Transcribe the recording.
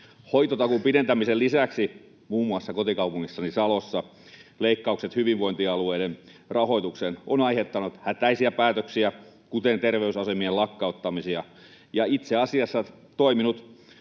Hoitotakuun pidentämisen lisäksi muun muassa kotikaupungissani Salossa leikkaukset hyvinvointialueiden rahoitukseen ovat aiheuttaneet hätäisiä päätöksiä, kuten terveysasemien lakkauttamisia, ja sellaisten,